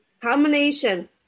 Combination